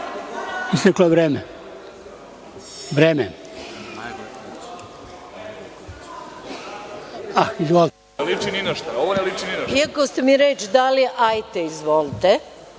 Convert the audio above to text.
Iako ste mi reč dali – hajte izvolte,